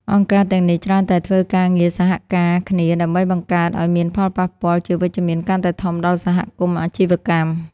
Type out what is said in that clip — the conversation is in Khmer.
អង្គការទាំងនេះច្រើនតែធ្វើការងារសហការគ្នា ដើម្បីបង្កើតឱ្យមានផលប៉ះពាល់ជាវិជ្ជមានកាន់តែធំដល់សហគមន៍អាជីវកម្ម។